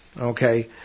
okay